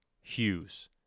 Hughes